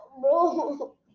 bro